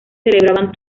celebraban